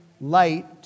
light